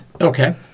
Okay